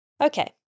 Okay